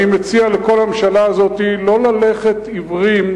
אני מציע לכל הממשלה הזאת לא ללכת עיוורים